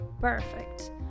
perfect